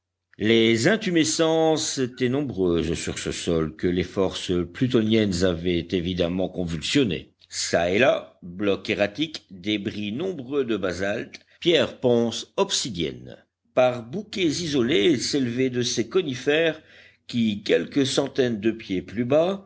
les intumescences étaient nombreuses sur ce sol que les forces plutoniennes avaient évidemment convulsionné çà et là blocs erratiques débris nombreux de basalte pierres ponces obsidiennes par bouquets isolés s'élevaient de ces conifères qui quelques centaines de pieds plus bas